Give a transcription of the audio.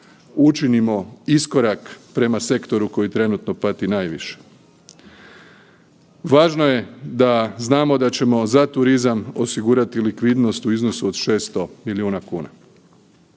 učinimo iskorak prema sektoru koji trenutno pati najviše. Važno je da znamo da ćemo za turizam osigurati likvidnost u iznosu od 600 milijuna kuna.